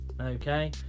Okay